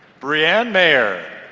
breeanne mayer.